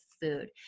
food